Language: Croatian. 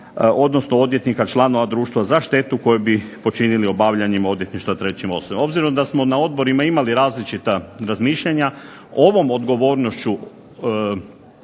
odnosno odvjetnika članova društva za štetu koju bi počinili obavljanjem odvjetništva trećim osobama. Obzirom da smo na odborima imali različita razmišljanja ovom odgovornošću